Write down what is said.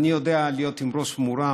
להיות עם ראש מורם,